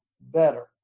better